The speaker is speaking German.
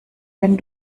wenn